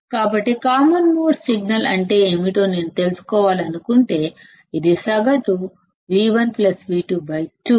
కాబట్టి common mode signal అంటే ఏమిటో నేను తెలుసుకోవాలనుకుంటే ఇది సగటు V1V22